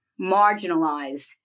marginalized